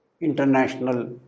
international